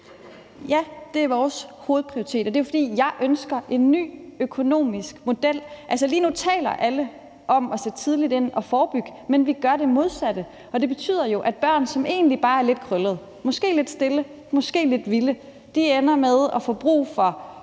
Ja, det er vores hovedprioritet, og det er jo, fordi jeg ønsker en ny økonomisk model. Altså, lige nu taler alle om at sætte tidligt ind og forebygge, men vi gør det modsatte, og det betyder jo, at børn, som egentlig bare er lidt krøllede, måske lidt stille, måske lidt vilde, ender med at få brug for